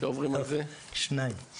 שניים.